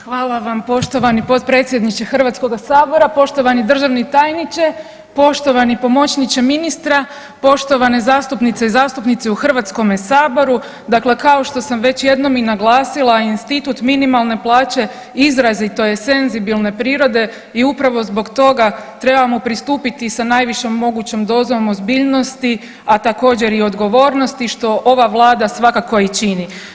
Hvala vam poštovani potpredsjedniče HS-a, poštovani državni tajniče, poštovani pomoćniče ministra, poštovane zastupnice i zastupnici u HS-u, dakle kao što sam već jednom i naglasila, institut minimalne plaće izrazito je senzibilne prirode i upravo zbog toga trebamo pristupiti i sa najvišom mogućom dozom ozbiljnosti, a također, i odgovornosti, što ova Vlada svakako i čini.